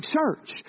church